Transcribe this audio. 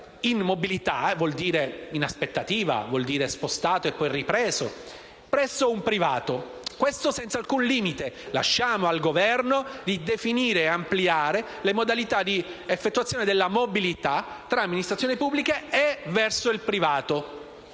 in mobilità (in aspettativa, spostato e poi ripreso) presso un privato senza alcun limite. Lasciamo al Governo la possibilità di definire ed ampliare le modalità di effettuazione della mobilità tra amministrazioni pubbliche verso il privato.